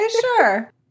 sure